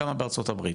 כמה בארצות הברית?